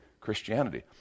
Christianity